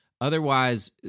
Otherwise